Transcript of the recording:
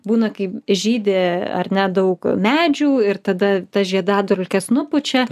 būna kaip žydi ar ne daug medžių ir tada tas žiedadulkes nupučia